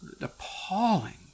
appalling